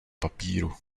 papíru